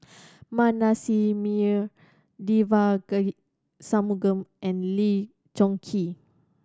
Manasseh Meyer Devagi Sanmugam and Lee Choon Kee